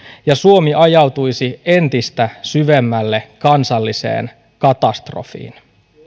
ja suomi ajautuisi entistä syvemmälle kansalliseen katastrofiin